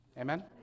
Amen